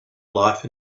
life